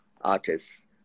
artists